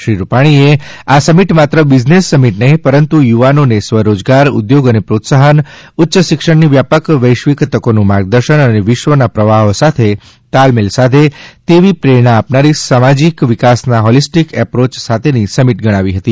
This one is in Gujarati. શ્રી રૂપાણીએ આ સમિટ માત્ર બિઝનેસ સમિટ નહીં પરંતુ યુવાઓને સ્વરોજગાર ઉદ્યોગ માટે પ્રોત્સાહન ઉચ્ય શિક્ષણની વ્યાપક વૈશ્વિક તકીનું માર્ગદર્શન અને વિશ્વના પ્રવાહો સાથે તાલમેલ સાધે તેવી પ્રેરણા આપનારી સામાજિક વિકાસના હોલીસ્ટીક એપ્રોચ સાથેની સમિટ ગણાવી હતી